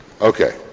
Okay